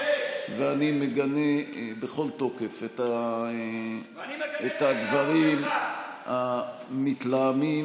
מגנה בתוקף את הדרך המתלהמת,